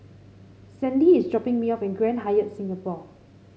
Sandie is dropping me off at Grand Hyatt Singapore